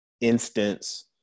instance